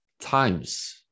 times